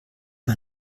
man